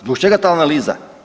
Zbog čega ta analiza?